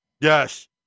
Yes